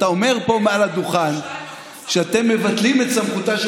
אתה אומר פה מעל הדוכן שאתם מבטלים את סמכותה של